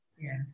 Yes